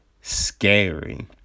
scary